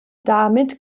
damit